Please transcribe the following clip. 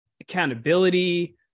accountability